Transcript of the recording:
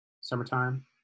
summertime